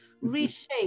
reshape